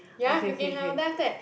ya freaking hell then after that